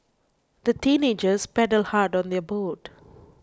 the teenagers paddled hard on their boat